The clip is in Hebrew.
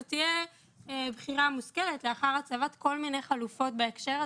זו תהיה בחירה מושכלת לאחר הצבת כל מיני חלופות בהקשר הזה,